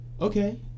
Okay